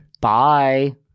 Bye